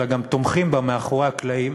אלא גם תומכים בה מאחורי הקלעים,